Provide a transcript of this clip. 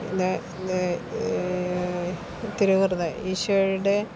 ഇത് ഇത് തിരുഹൃദയ ഈശോയുടെ